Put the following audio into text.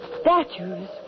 statues